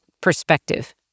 perspective